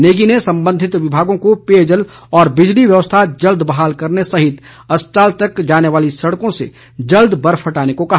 नेगी ने संबंधित विमागों को पेयजल और बिजली व्यवस्था जल्द बहाल करने सहित अस्पताल तक जाने वाली सड़कों से जल्द बर्फ हटाने को कहा